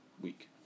week